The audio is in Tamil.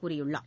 கூறியுள்ளார்